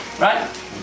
Right